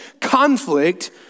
conflict